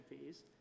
fees